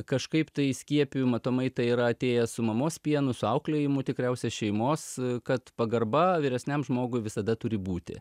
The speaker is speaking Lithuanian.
kažkaip tai įskiepiju matomai tai yra atėjęs su mamos pienu su auklėjimu tikriausia šeimos kad pagarba vyresniam žmogui visada turi būti